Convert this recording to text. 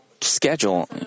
schedule